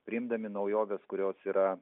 priimdami naujoves kurios yra